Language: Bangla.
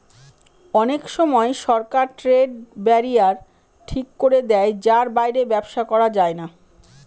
অনেক সময় সরকার ট্রেড ব্যারিয়ার ঠিক করে দেয় যার বাইরে ব্যবসা করা যায় না